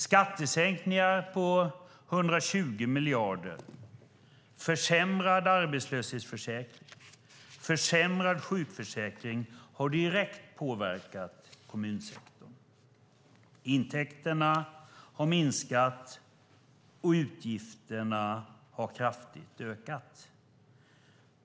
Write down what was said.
Skattesänkningar på 120 miljarder, försämrad arbetslöshetsförsäkring och försämrad sjukförsäkring har direkt påverkat kommunsektorn. Intäkterna har minskat och utgifterna har kraftigt ökat.